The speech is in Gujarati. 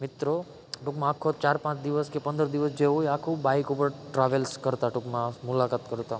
મિત્રો ટૂંકમાં આખો ચાર પાંચ દિવસ કે પંદર દિવસ જે હોય એ આખું બાઇક ઉપર ટ્રાવેલ્સ કરતાં ટૂંકમાં મુલાકાત કરતાં